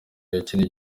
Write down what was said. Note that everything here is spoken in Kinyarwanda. yakiniye